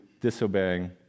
disobeying